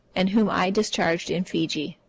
and whom i discharged in fiji.